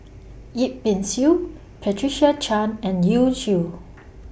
Yip Pin Xiu Patricia Chan and Yu Zhuye